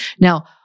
Now